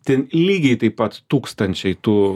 ten lygiai taip pat tūkstančiai tų